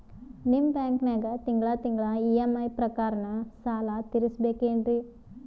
ನಿಮ್ಮ ಬ್ಯಾಂಕನಾಗ ತಿಂಗಳ ತಿಂಗಳ ಇ.ಎಂ.ಐ ಪ್ರಕಾರನ ಸಾಲ ತೀರಿಸಬೇಕೆನ್ರೀ?